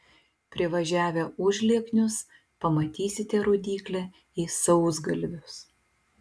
privažiavę užlieknius pamatysite rodyklę į sausgalvius